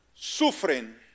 sufren